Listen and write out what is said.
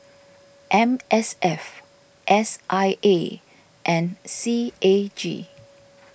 M S F S I A and C A G